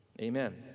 Amen